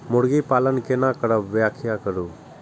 मुर्गी पालन केना करब व्याख्या करु?